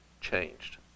changed